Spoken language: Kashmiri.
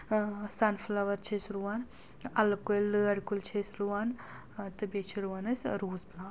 سَن فٕلاوَر چھِ أسۍ رُوَان اَلہٕ کُلۍ لٲر کُلۍ چھِ أسۍ رُوَان تہٕ بیٚیہِ چھِ رُوَان أسۍ روز پٕلانٛٹ